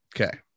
Okay